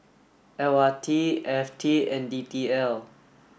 L R T F T and D T L